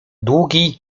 długi